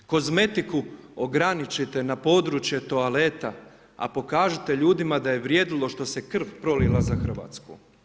Kozmetiku ograničite na područje toaleta, a pokažite ljudima da je vrijedilo što se krv prolila za Hrvatsku.